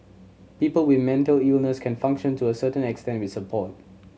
people with mental illness can function to a certain extent with support